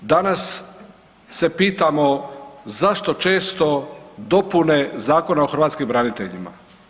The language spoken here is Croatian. Danas se pitamo zašto često dopune Zakona o hrvatskim braniteljima.